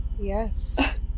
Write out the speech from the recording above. Yes